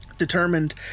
determined